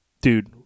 dude